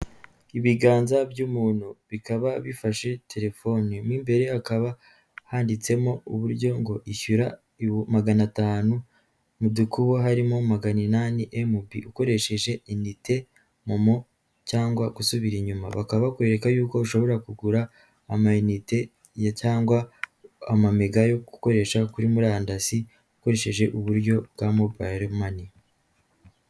Ibiganza by'umuntu bikaba bifashe telefoni mo imbere hakaba handitsemo uburyo ngo ishyura magana atanu mu dukubo harimo magana inani emubi ukoresheje inite, momo cyangwa gusubira inyuma. Bakaba bakwereka y'uko ushobora kugura amayinite cyangwa amamega yo gukoresha kuri murandasi ukoresheje uburyo bwa mobiyiro mani.